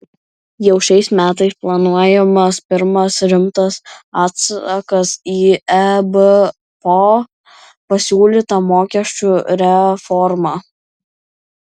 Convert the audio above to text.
jau šiais metais planuojamas pirmas rimtas atsakas į ebpo pasiūlytą mokesčių reformą